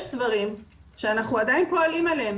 יש דברים שאנחנו עדיין פועלים עליהם